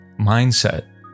mindset